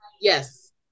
Yes